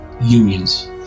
unions